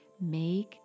make